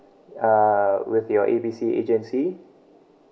uh with your A B C agency